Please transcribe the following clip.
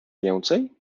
więcej